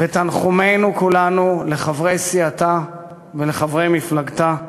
ותנחומינו כולנו לחברי סיעתה ולחברי מפלגתה,